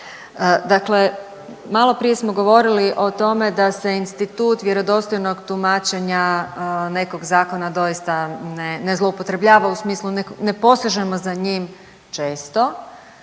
Dakle, malo prije smo govorili o tome da se institut vjerodostojnog tumačenja nekog zakona doista ne zloupotrebljava u smislu nekog, ne posežemo za njim često,